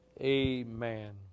Amen